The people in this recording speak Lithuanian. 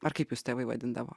ar kaip jus tėvai vadindavo